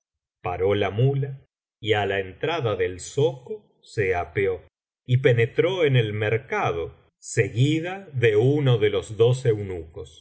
paró la muía y ala entrada del zoco se apeó y penetró en el mercado seguida de uno de los dos